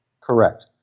Correct